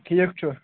ٹھیٖک چھُ